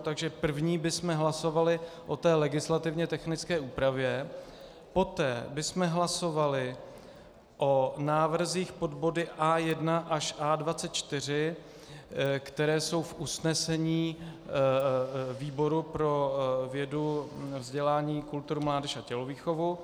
Takže první bychom hlasovali o legislativně technické úpravě, poté bychom hlasovali o návrzích pod body A1 až A24, které jsou v usnesení výboru pro vědu, vzdělání, kulturu, mládež a tělovýchovu.